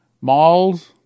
Malls